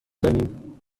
دهیم